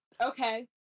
Okay